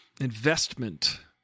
investment